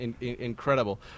incredible